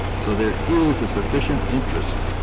so there is a sufficient interest,